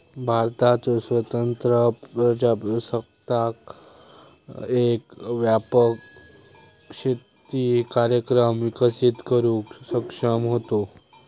भारताचो स्वतंत्र प्रजासत्ताक एक व्यापक शेती कार्यक्रम विकसित करुक सक्षम होतो